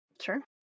Sure